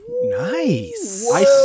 Nice